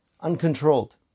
uncontrolled